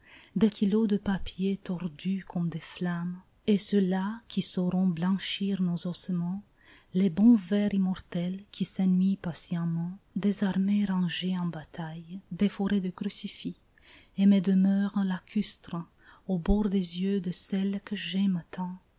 des kilos de papier tordus comme des flammes et ceux-là qui sauront blanchir nos ossements les bons vers immortels qui s'ennuient patiemment des armées rangées en bataille des forêts de crucifix et mes demeures lacustres au bord des yeux de celle que j'aime